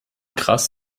krass